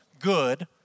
good